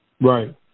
Right